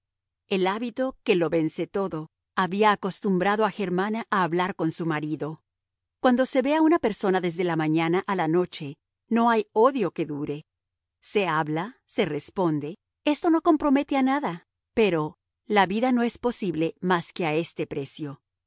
el hábito que lo vence todo había acostumbrado a germana a hablar con su marido cuando se ve a una persona desde la mañana a la noche no hay odio que dure se habla se responde esto no compromete a nada pero la vida no es posible más que a este precio